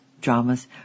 dramas